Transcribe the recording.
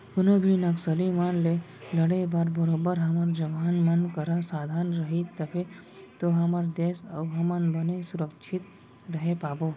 कोनो भी नक्सली मन ले लड़े बर बरोबर हमर जवान मन करा साधन रही तभे तो हमर देस अउ हमन बने सुरक्छित रहें पाबो